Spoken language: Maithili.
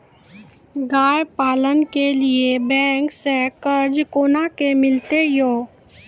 गाय पालन के लिए बैंक से कर्ज कोना के मिलते यो?